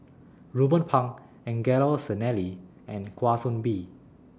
Ruben Pang Angelo Sanelli and Kwa Soon Bee